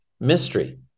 mystery